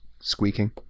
squeaking